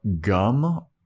gum